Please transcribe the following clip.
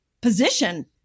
position